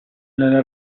nelle